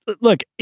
look